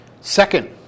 Second